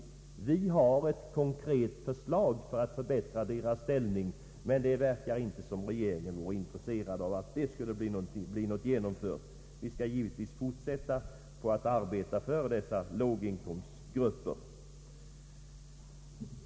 Vi har ett konkret förslag Ang. en reform av beskattningen, m.m. alt förbättra deras ställning, men det verkar inte som om regeringen vore intresserad av att genomföra det. Vi skall givetvis fortsätta att arbeta för låginkomstgrupperna.